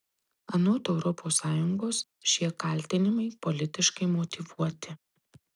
anot europos sąjungos šie kaltinimai politiškai motyvuoti